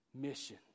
mission